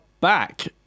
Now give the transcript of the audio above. back